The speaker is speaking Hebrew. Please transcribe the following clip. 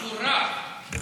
באיחור רב,